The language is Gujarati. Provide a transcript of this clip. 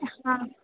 હાં